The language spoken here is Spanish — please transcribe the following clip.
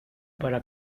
para